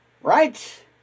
right